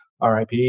RIP